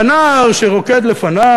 והנער שרוקד לפניו,